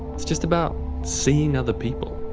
it's just about seeing other people,